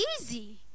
easy